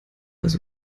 also